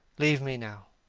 leave me now,